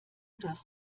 das